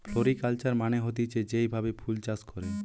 floriculture মানে হতিছে যেই ভাবে ফুল চাষ করে